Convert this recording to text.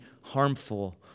harmful